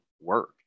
work